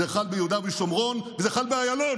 זה חל ביהודה ושומרון וזה חל באיילון.